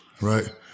right